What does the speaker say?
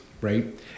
right